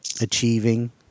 achieving